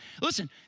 Listen